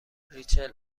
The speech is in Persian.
ریچل